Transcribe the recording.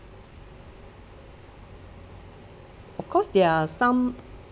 of course there are some